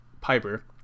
Piper